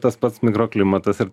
tas pats mikroklimatas ir